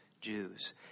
Jews